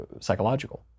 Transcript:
psychological